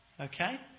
Okay